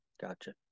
Gotcha